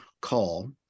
call